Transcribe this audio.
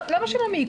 לא משנה מי,